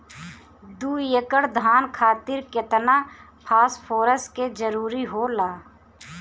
दु एकड़ धान खातिर केतना फास्फोरस के जरूरी होला?